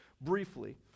briefly